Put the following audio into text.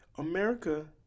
America